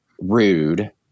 rude